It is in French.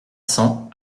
cents